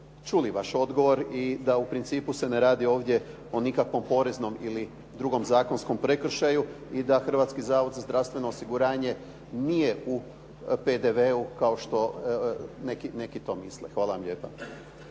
čuli vaš odgovor i da u principu se ne radi ovdje o nikakvom poreznom ili drugom zakonskom prekršaju i da Hrvatski zavod za zdravstveno osiguranje nije u PDV-u kao što neki to misle. Hvala vam lijepa.